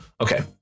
Okay